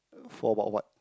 for about what